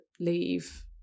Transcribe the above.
leave